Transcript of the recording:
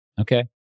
Okay